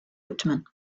whitman